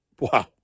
Wow